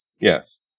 yes